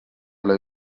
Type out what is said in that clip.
ole